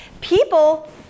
people